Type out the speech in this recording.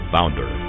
founder